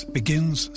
begins